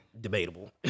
Debatable